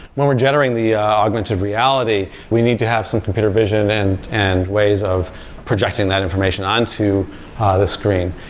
when we're generating the augmented reality, we need to have some computer vision and and ways of projecting that information onto ah the screen.